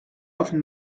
after